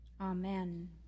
Amen